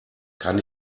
kann